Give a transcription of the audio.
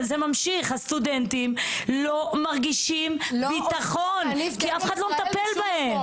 הסטודנטים לא מרגישים ביטחון כי אף אחד לא מטפל בהם.